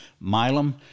Milam